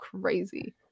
crazy